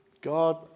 God